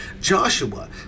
Joshua